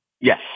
Yes